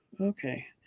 okay